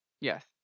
Yes